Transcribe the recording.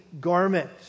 garment